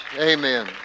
Amen